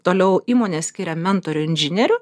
toliau įmonės skiria mentorių inžinierių